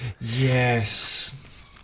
Yes